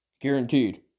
guaranteed